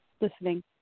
listening